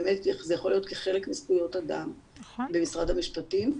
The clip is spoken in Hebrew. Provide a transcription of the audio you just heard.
באמת זה יכול להיות כחלק מזכויות אדם במשרד המשפטים,